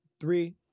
Three